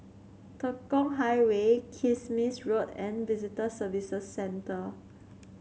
Tekong Highway Kismis Road and Visitor Services Centre